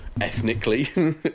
ethnically